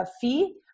fee